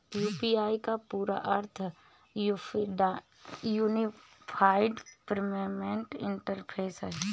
UPI का पूरा अर्थ यूनिफाइड पेमेंट इंटरफ़ेस है